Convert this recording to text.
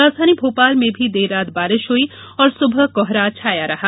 राजधानी भोपाल में भी देर रात बारिश हुई और सुबह कोहरा छाया रहा